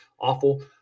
awful